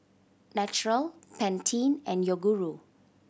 Naturel Pantene and Yoguru